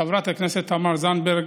חברת הכנסת תמר זנדברג,